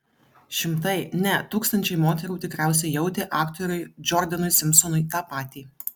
šimtai ne tūkstančiai moterų tikriausiai jautė aktoriui džordanui simpsonui tą patį